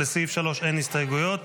לסעיף 3 אין הסתייגויות.